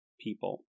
people